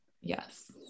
Yes